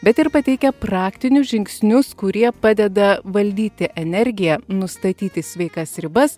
bet ir pateikia praktinius žingsnius kurie padeda valdyti energiją nustatyti sveikas ribas